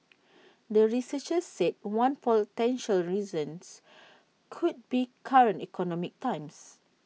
the researchers said one potential reasons could be current economic times